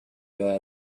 bad